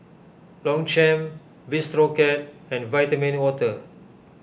Longchamp Bistro Cat and Vitamin Water